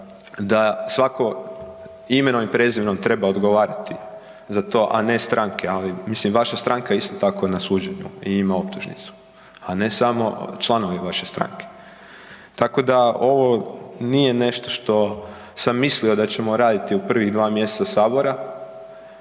da svako imenom i prezimenom treba odgovarati za to, a ne stranke, ali mislim vaša stranka je isto tako na suđenju i ima optužnicu, a ne samo članovi vaše stranke. Tako da ovo nije nešto što sam mislio da ćemo raditi u prvih dva mjeseca sabora,